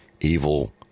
evil